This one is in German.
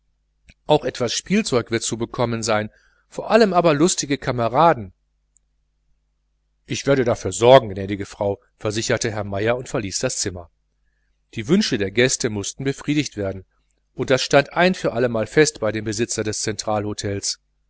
auch etwas spielzeug wird zu bekommen sein aber vor allem lustige kameraden ich werde dafür sorgen gnädige frau versicherte herr meier und verließ das zimmer die wünsche der gäste mußten befriedigt werden das stand ein für allemale fest bei dem besitzer des